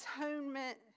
atonement